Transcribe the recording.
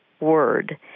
word